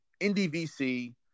NDVC